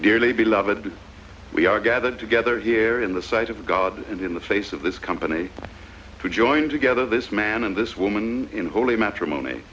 dearly beloved we are gathered together here in the sight of god and in the face of this company to join together this man and this woman in holy matrimony